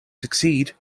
succeed